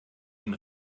den